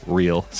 real